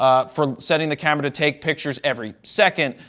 ah for setting the camera to take pictures every second,